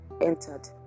entered